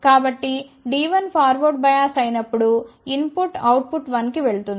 కాబట్టి D1 forward bias అయినప్పుడు input output 1 కి వెళుతుంది